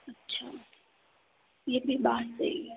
अच्छा ये भी बात सही है